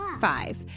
five